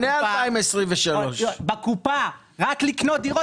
עוד לפני 2023. בקופה רק לקנות דירות,